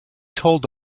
told